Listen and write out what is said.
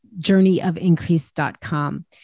journeyofincrease.com